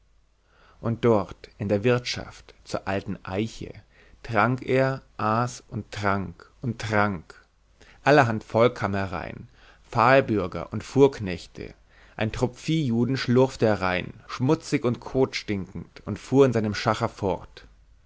und dort in der wirtschaft zur alten eiche trank er aß und trank und trank allerhand volk kam herein pfahlbürger und fuhrknechte ein trupp viehjuden schlurfte herein schmutzig und kotstinkend und fuhr in seinem schacher fort